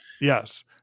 Yes